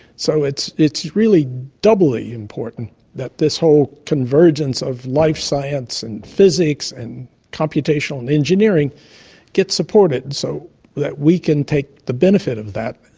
so it's it's really doubly important that this whole convergence of life science and physics and computational and engineering gets supported so that we can take the benefit of that.